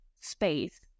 space